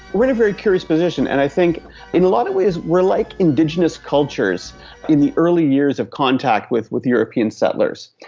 are in a very curious position and i think in a lot of ways we are like indigenous cultures in the early years of contact with with european settlers.